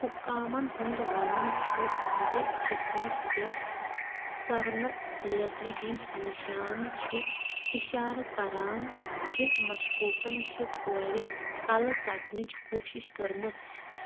حُکامَن ہُنٛد وَنُن چھُ زِ جِسمس پٮ۪ٹھ سٕرنہٕ لیٚترِ ہِنٛدۍ نِشان چھِ اِشارٕ کَران زِ مشكوٗكن چھِ کورِ کَلہٕ ژٹنٕچ کوٗشِش کٔرمٕژ